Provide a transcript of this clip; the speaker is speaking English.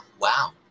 wow